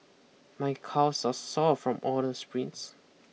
my calves are sore from all the sprints